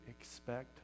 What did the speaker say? expect